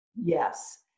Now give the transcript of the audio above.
yes